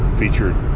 featured